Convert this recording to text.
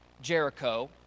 Jericho